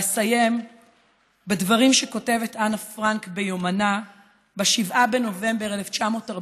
ואסיים בדברים שכותבת אנה פרנק ביומנה ב-7 בנובמבר 1942,